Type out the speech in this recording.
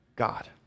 God